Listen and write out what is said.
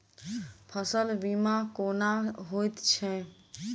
फसल बीमा कोना होइत छै?